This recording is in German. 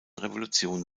revolution